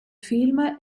film